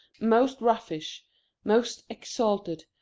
most roguish, most exalted,